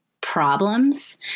problems